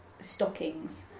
stockings